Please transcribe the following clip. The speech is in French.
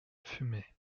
fumay